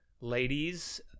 ladies